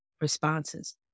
responses